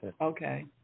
Okay